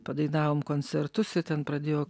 padainavom koncertus ir ten pradėjo